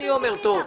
ישבנו אתה אתמול.